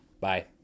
Bye